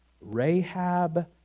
Rahab